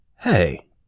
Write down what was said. Hey